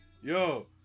Yo